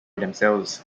themselves